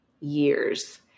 years